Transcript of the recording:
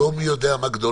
לא יותר מדי גדולות?